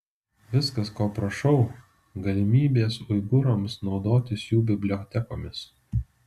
viskas ko prašau galimybės uigūrams naudotis jų bibliotekomis